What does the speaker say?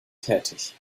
tätig